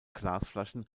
glasflaschen